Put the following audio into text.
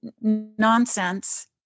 nonsense